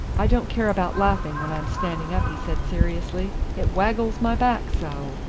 i don't care about laughing when i'm standing up, he said seriously, it waggles my back so.